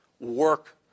work